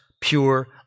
pure